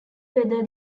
whether